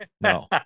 No